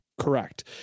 Correct